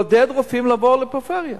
לעודד רופאים לבוא לפריפריה.